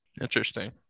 Interesting